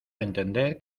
entender